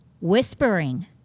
whispering